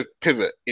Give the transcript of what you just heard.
pivot